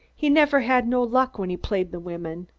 he never had no luck when he played the women.